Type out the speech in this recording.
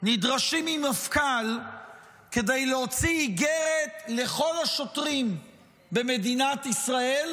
נדרשים ממפכ"ל כדי להוציא איגרת לכל השוטרים במדינת ישראל,